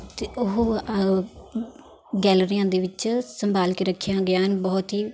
ਅਤੇ ਉਹ ਗੈਲਰੀਆਂ ਦੇ ਵਿੱਚ ਸੰਭਾਲ ਕੇ ਰੱਖੀਆਂ ਗਈਆਂ ਹਨ ਬਹੁਤ ਹੀ